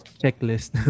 checklist